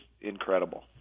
incredible